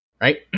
Right